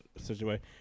situation